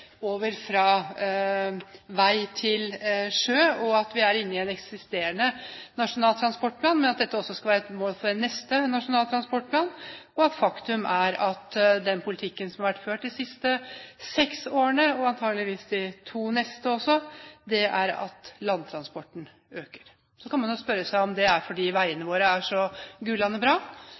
over fra vei til sjø, at vi har et mål inne i en eksisterende nasjonal transportplan, men at dette også skal være et mål for den neste nasjonale transportplan, og faktum er at den politikken som har vært ført de siste seks årene – og antakeligvis vil bli ført de to neste også – gjør at landtransporten øker. Så kan man jo spørre seg om det er fordi veiene våre er så gullende bra,